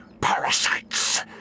Parasites